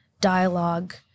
dialogue